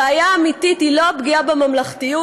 הבעיה האמיתית היא לא הפגיעה בממלכתיות,